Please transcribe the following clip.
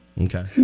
Okay